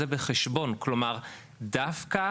זה באמת לראות התמודדות יום יומית של משפחות